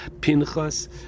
Pinchas